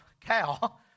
cow